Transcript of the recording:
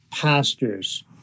pastors